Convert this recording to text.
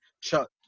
Chuck